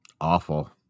Awful